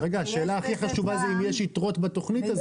השאלה הכי חשובה זה אם יש יתרות בתכנית הזאת.